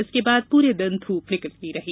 इसके बाद प्रे दिन धूप निकली रही